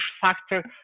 factor